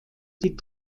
die